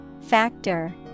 Factor